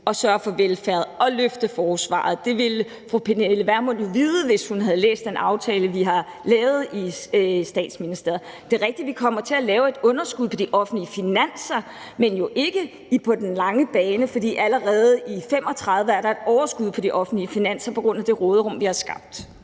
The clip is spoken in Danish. at sørge for velfærden og til at løfte forsvaret. Det ville fru Pernille Vermund jo vide, hvis hun havde læst den aftale, vi har lavet i Statsministeriet. Det er rigtigt, at vi kommer til at lave et underskud på de offentlige finanser, men jo ikke på den lange bane, for allerede i 2035 er der et overskud på de offentlige finanser på grund af det råderum, vi har skabt.